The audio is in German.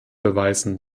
beweisen